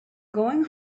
going